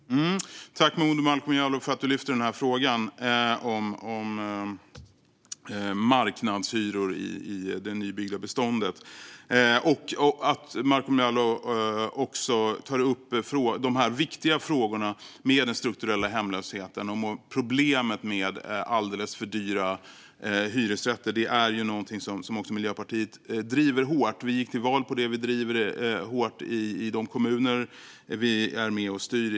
Herr talman! Tack, Momodou Malcolm Jallow, för att du tar upp frågan om marknadshyror i det nybyggda beståndet! Jag tackar också för att du tar upp de viktiga frågorna som gäller strukturell hemlöshet och problemet med alldeles för dyra hyresrätter. Även Miljöpartiet driver detta hårt. Vi gick till val på det, och vi driver frågan hårt i de kommuner där vi är med och styr.